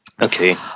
Okay